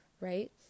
right